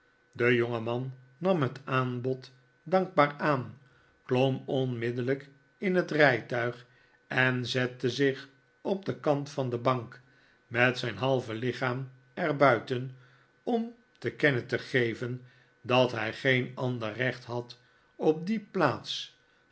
de jongeman nam het aanbod dankbaar aan klom onmiddellijk in het rijtuig en zette zich op den kant van de bank met zijn halve lichaam er buiten om te kennen te geven dat hij geen ander recht had op die plaats